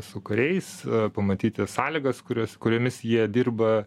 su kariais pamatyti sąlygas kurias kuriomis jie dirba